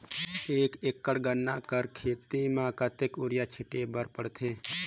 एक एकड़ गन्ना कर खेती म कतेक युरिया छिंटे बर पड़थे?